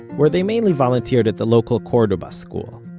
where they mainly volunteered at the local cordoba school.